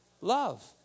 Love